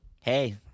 Hey